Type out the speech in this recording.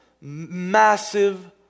massive